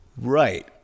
Right